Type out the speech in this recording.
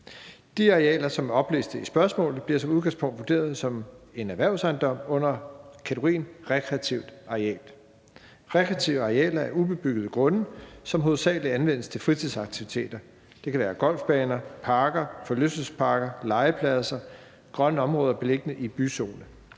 De arealer, som er oplistet i spørgsmålet, bliver som udgangspunkt vurderet som en erhvervsejendom under kategorien rekreativt areal. Rekreative arealer er ubebyggede grunde, som hovedsagelig anvendes til fritidsaktiviteter. Det kan være golfbaner, parker, forlystelsesparker, legepladser, grønne områder beliggende i byzone.